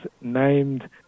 named